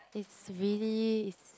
is really is